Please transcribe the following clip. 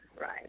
right